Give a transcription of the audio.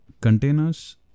containers